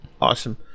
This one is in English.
awesome